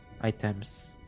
items